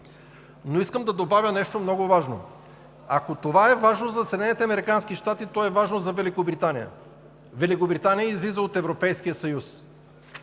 Искам да добавя и нещо много важно. Ако това е важно за САЩ, то е важно и за Великобритания. Великобритания излиза от Европейския съюз